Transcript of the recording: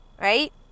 right